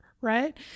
right